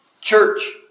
church